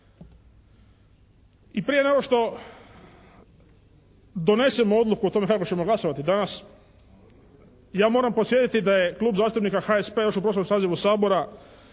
I prije nego što donesemo odluku o tome kako ćemo glasovati danas ja moram podsjetiti da je Klub zastupnika HSP-a još u prošlom sazivu Sabora